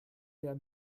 der